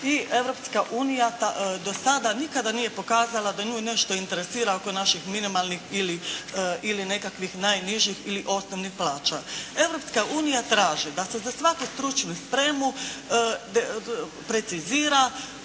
unija do sada nikada nije pokazala da nju nešto interesira oko naših minimalnih ili nekakvih najnižih ili osnovnih plaća. Europska unija traži da se za svaku stručnu spremu precizira